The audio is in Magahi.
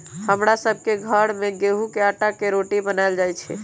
हमरा सभ के घर में गेहूम के अटा के रोटि बनाएल जाय छै